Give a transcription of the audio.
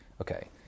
Okay